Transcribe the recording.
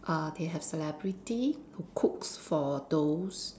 uh they have celebrity who cook for those